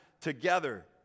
Together